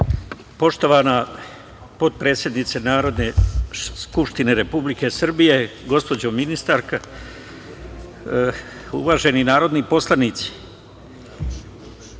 Poštovana potpredsednice Narodne skupštine Republike Srbije, gospođo ministarka, uvaženi narodni poslanici,